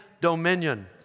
dominion